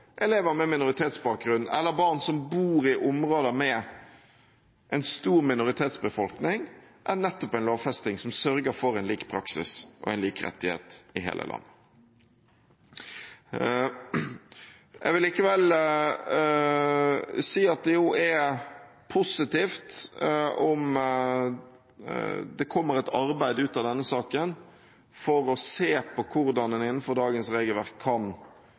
elever med minoritetsbakgrunn eller barn som bor i områder med en stor minoritetsbefolkning på, enn nettopp en lovfesting, som sørger for en lik praksis og en lik rettighet i hele landet. Jeg vil likevel si at det er positivt om det kommer et arbeid ut av denne saken, for å se på hvordan man innenfor dagens regelverk